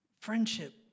Friendship